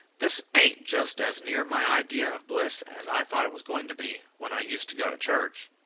this ain't just as near my idea of bliss as i thought it was going to be, when i used to go to church.